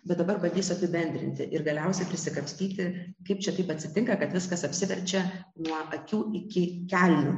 bet dabar bandysiu apibendrinti ir galiausiai prisikapstyti kaip čia taip atsitinka kad viskas apsiverčia nuo akių iki kelnių